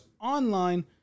online